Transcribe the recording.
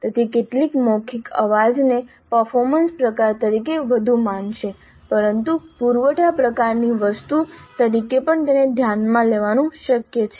તેથી કેટલાક મૌખિક અવાજ ને પર્ફોર્મન્સ પ્રકાર તરીકે વધુ માનશે પરંતુ પુરવઠા પ્રકારની વસ્તુ તરીકે પણ તેને ધ્યાનમાં લેવાનું શક્ય છે